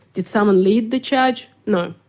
did someone lead the charge? no.